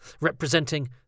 representing